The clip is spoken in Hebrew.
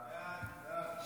סעיפים 1